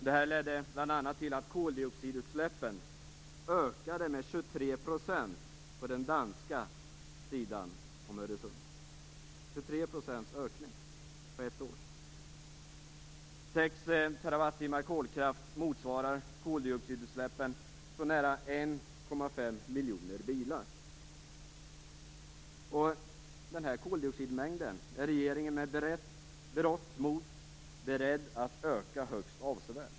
Det ledde bl.a. till att koldioxidutsläppen ökade med 23 % på den danska sidan om Öresund - en ökning med 23 % på ett år! 6 TWh kolkraft motsvarar koldioxidutsläppen från nära 1,5 miljoner bilar. Den här koldioxidmängden är regeringen med berått mod beredd att öka högst avsevärt.